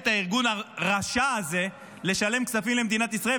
לחייב את הארגון הרשע הזה לשלם כספים למדינת ישראל,